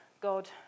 God